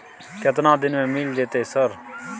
केतना दिन में मिल जयते सर?